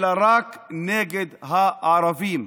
אלא רק נגד הערבים,